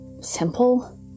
Simple